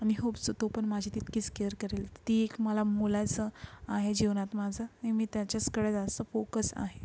आणि hope so तो पण माझी तितकीच केयर करेल ती एक मला मोलाचं आहे जीवनात माझं नि मी त्याच्याचकडे जास्त पोकस आहे